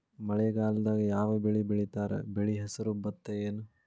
ಮಳೆಗಾಲದಾಗ್ ಯಾವ್ ಬೆಳಿ ಬೆಳಿತಾರ, ಬೆಳಿ ಹೆಸರು ಭತ್ತ ಏನ್?